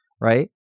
right